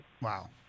Wow